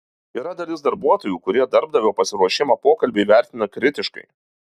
yra dalis darbuotojų kurie darbdavio pasiruošimą pokalbiui vertina kritiškai